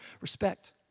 Respect